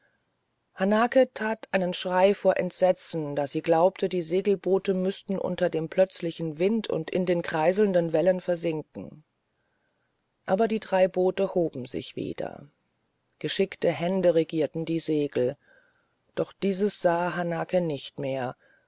hanake tat einen schrei vor entsetzen da sie glaubte die segelboote müßten unter dem plötzlichen wind und in den kreiselnden wellen versinken aber die drei boote hoben sich wieder geschickte hände regierten die segel doch dieses sah hanake nicht mehr